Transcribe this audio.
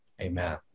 Amen